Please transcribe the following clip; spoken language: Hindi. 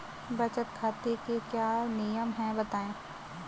बचत खाते के क्या नियम हैं बताएँ?